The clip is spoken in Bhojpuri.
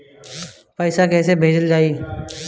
पैसा कैसे भेजल जाइ?